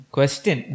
Question